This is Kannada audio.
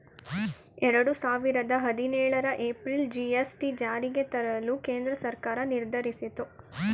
ಎರಡು ಸಾವಿರದ ಹದಿನೇಳರ ಏಪ್ರಿಲ್ ಜಿ.ಎಸ್.ಟಿ ಜಾರಿಗೆ ತರಲು ಕೇಂದ್ರ ಸರ್ಕಾರ ನಿರ್ಧರಿಸಿತು